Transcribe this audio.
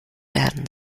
werden